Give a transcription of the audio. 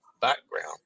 background